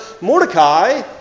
Mordecai